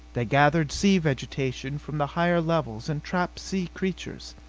they gathered sea vegetation from the higher levels and trapped sea creatures.